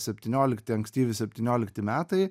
septyniolikti ankstyvi septyniolikti metai